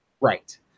Right